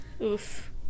oof